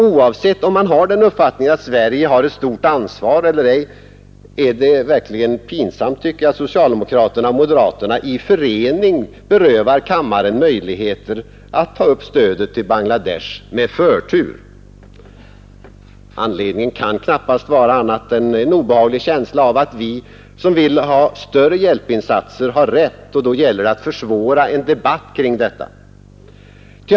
Oavsett om man har den uppfattningen att Sverige har ett stort ansvar eller ej, är det verkligen pinsamt att socialdemokraterna och moderaterna i förening berövar kammaren möjligheterna att ta upp stödet till Bangladesh med förtur. Anledningen kan knappast vara annat än en obehaglig känsla av att vi som begär större hjälpinsatser har rätt, och då gäller det att försvåra en debatt kring detta.